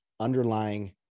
underlying